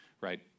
right